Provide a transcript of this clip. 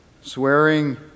Swearing